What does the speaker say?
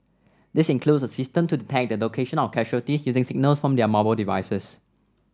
this includes a system to detect the location of casualties using signals from their mobile devices